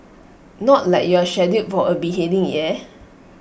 not like you're scheduled for A beheading eh